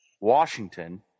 Washington